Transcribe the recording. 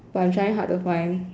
but I am trying hard to find